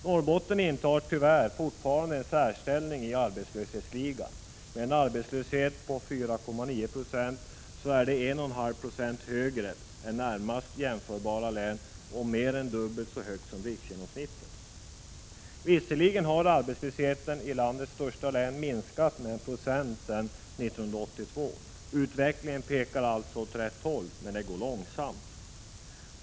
Norrbotten intar tyvärr fortfarande en särställning i arbetslöshetsligan. Arbetslösheten där på 4,9 96 är 1,5 96 högre än närmast jämförbara län och mer än dubbelt så hög som riksgenomsnittet, även om arbetslösheten i landets största län har minskat med 1 96 sedan 1982. Utvecklingen pekar alltså åt rätt håll — men det går långsamt.